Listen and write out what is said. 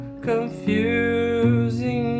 confusing